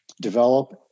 develop